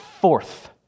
fourth